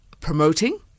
promoting